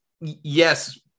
Yes